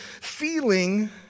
feeling